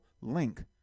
link